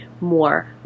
more